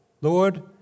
Lord